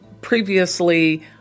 previously